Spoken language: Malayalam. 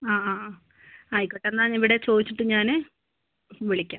ആ ആ ആ ആയിക്കോട്ടെ എന്നാൽ ഞാൻ ഇവിടെ ചോദിച്ചിട്ട് ഞാൻ വിളിക്കാം